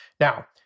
Now